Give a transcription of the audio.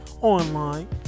online